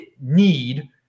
need